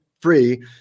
free